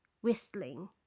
whistling